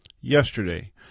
yesterday